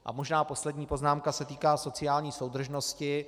A možná poslední poznámka se týká sociální soudržnosti.